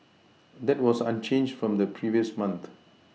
that was unchanged from the previous month